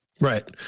Right